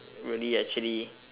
really actually